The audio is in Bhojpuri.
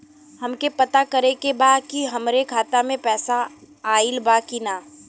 हमके पता करे के बा कि हमरे खाता में पैसा ऑइल बा कि ना?